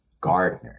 Gardner